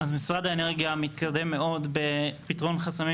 משרד האנרגיה מתקדם מאוד בפתרון חסמים